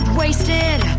wasted